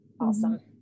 awesome